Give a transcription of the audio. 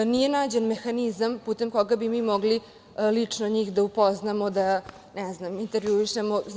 Nije nađen mehanizam putem koga bi mi mogli lično njih da upoznamo, da intervjuišemo.